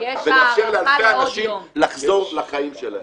ונאפשר לאלפי אנשים לחזור לחיים שלהם.